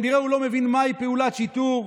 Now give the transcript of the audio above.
כנראה הוא לא מבין מהי פעולת שיטור.